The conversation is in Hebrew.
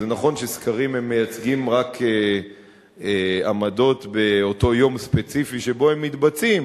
וזה נכון שסקרים מייצגים רק עמדות באותו יום ספציפי שבו הם מתבצעים,